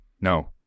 No